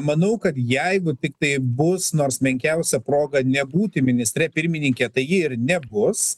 manau kad jeigu tiktai bus nors menkiausia proga nebūti ministre pirmininke tai ji ir nebus